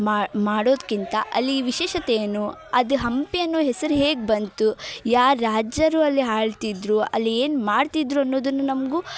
ಮಾ ಮಾಡೋದ್ಕಿಂತ ಅಲ್ಲಿ ವಿಶೇಷತೆ ಏನು ಅದು ಹಂಪಿ ಅನ್ನೋ ಹೆಸ್ರು ಹೇಗೆ ಬಂತು ಯಾರು ರಾಜರು ಅಲ್ಲಿ ಆಳ್ತಿದ್ದರು ಅಲ್ಲಿ ಏನು ಮಾಡ್ತಿದ್ದರು ಅನ್ನೋದನ್ನೂ ನಮಗೂ